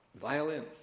violin